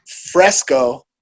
Fresco